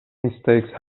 mistakes